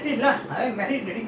ah this [one] he can remember